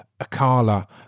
Akala